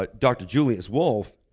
but dr. julius wolff,